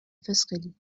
فسقلی